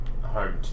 home